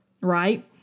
right